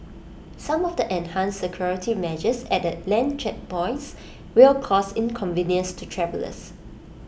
some of the enhanced security measures at the land checkpoints will cause inconvenience to travellers